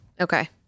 Okay